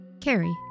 Carrie